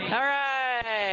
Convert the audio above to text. alright!